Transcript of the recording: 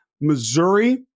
Missouri